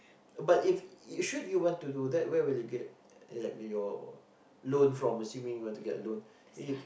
uh but if should you want to do that where will you get like your loan from assuming you want to get a loan then you